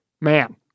man